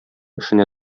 эшенә